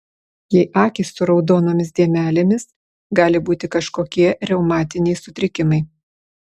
jei akys su raudonomis dėmelėmis gali būti kažkokie reumatiniai sutrikimai